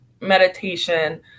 meditation